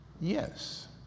yes